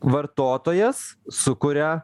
vartotojas sukuria